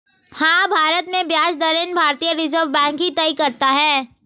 हाँ, भारत में ब्याज दरें भारतीय रिज़र्व बैंक ही तय करता है